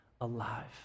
alive